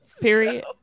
Period